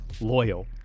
loyal